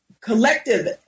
collective